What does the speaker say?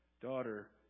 Daughter